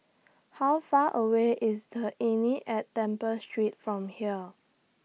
How Far away IS The Inn At Temple Street from here